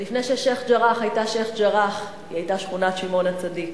ולפני ששיח'-ג'ראח היתה שיח'-ג'ראח היא היתה שכונת שמעון-הצדיק.